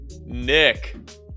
Nick